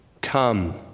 Come